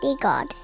God